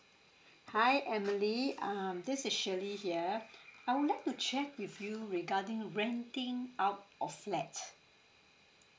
hi emily um this is shirley here I would like to check with you regarding renting out a flat